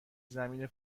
زمین